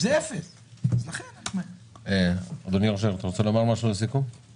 עוד מישהו מחברי